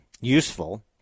useful